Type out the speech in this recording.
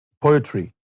poetry